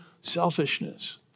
selfishness